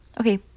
okay